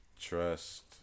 Trust